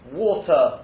water